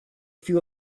few